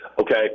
okay